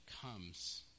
comes